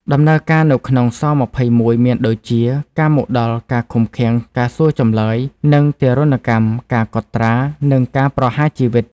ដំណើរការនៅក្នុង ស-២១ មានដូចជា ការមកដល់ ការឃុំឃាំង ការសួរចម្លើយ និងទារុណកម្ម ការកត់ត្រា និងការប្រហារជីវិត។